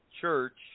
church